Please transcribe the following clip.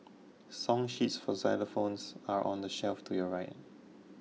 song sheets for xylophones are on the shelf to your right